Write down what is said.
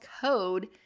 code